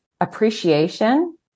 appreciation